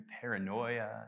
paranoia